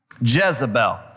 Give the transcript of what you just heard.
Jezebel